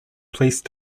police